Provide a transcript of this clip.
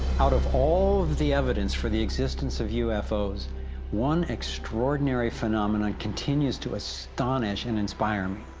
out of all the evidence for the existence of ufos one extraordinary phenomenon continues to astonish and inspire me.